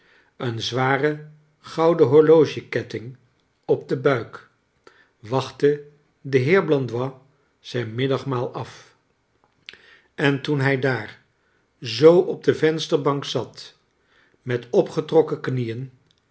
een zwaren gouden horlogeketting op de buik wachtte de heer blandois zijn middagmaal af en toen hij daar zoo op de vensterbank zat met opgetrokken knieen